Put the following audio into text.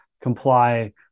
comply